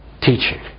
teaching